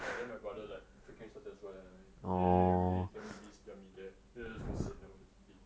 err then my brother like freaking successful lah then eh everyday tell me this tell me that then a bit sian must hear him speak